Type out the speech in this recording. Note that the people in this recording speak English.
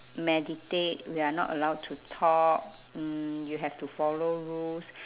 meditate we are not allowed to talk mm you have to follow rules